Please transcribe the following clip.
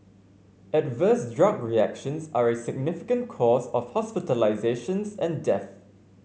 adverse drug reactions are a significant cause of hospitalisations and deaths